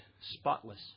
spotless